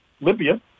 Libya